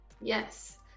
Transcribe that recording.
yes